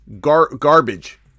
garbage